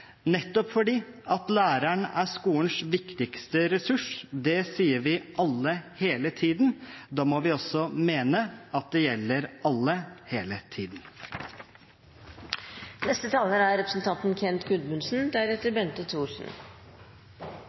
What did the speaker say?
nettopp fordi læreren er skolens viktigste ressurs. Det sier vi alle hele tiden. Da må vi også mene at det gjelder alle hele tiden. På samme måte som i dagens foregående interpellasjon fra representanten